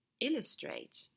illustrate